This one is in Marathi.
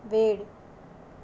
वेड